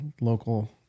local